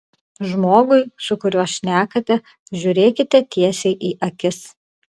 žmogui su kuriuo šnekate žiūrėkite tiesiai į akis